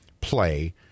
play